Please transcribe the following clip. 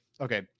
okay